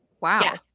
wow